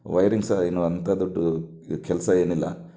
wiring ಸಹ ಏನೂ ಅಂಥ ದೊಡ್ಡ ಕೆಲಸ ಏನಿಲ್ಲ